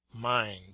mind